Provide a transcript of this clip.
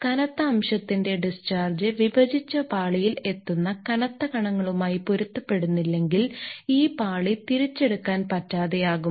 കനത്ത അംശത്തിന്റെ ഡിസ്ചാർജ് വിഭജിച്ച പാളിയിൽ എത്തുന്ന കനത്ത കണങ്ങളുമായി പൊരുത്തപ്പെടുന്നില്ലെങ്കിൽ ഈ പാളി തിരിച്ചെടുക്കാൻ പറ്റാതെ ആകും